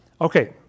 Okay